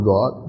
God